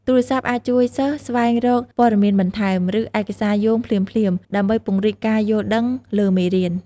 ទូរស័ព្ទអាចជួយសិស្សស្វែងរកព័ត៌មានបន្ថែម ឬឯកសារយោងភ្លាមៗ ដើម្បីពង្រីកការយល់ដឹងលើមេរៀន។